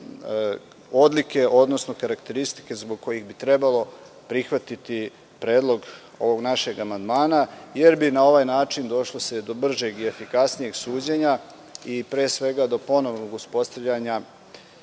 odlike, odnosno karakteristike zbog kojih bi trebalo prihvatiti predlog ovog našeg amandmana, jer bi se na ovaj način došlo do bržeg i efikasnijeg suđenja i pre svega do ponovnog uspostavljanja